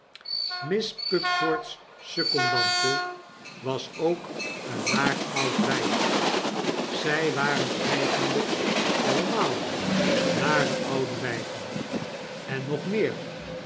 miss pupford's secondante was ook een naar oud wp zj waren eigenlp allemaal nare oude wpen en nog meer